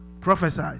Prophesy